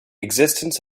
existence